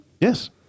Yes